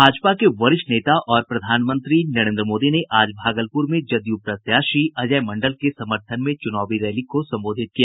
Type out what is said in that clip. भाजपा के वरिष्ठ नेता और प्रधानमंत्री नरेन्द्र मोदी ने आज भागलपूर में जदयू प्रत्याशी अजय मंडल के समर्थन में चुनावी रैली को संबोधित किया